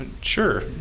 Sure